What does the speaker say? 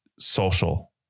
Social